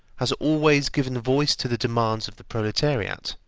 has always given voice to the demands of the proletariat,